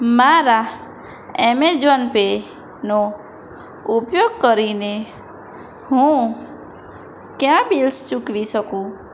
મારા એમેઝોન પેનો ઉપયોગ કરીને હું કયા બિલ્સ ચૂકવી શકું